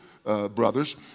Brothers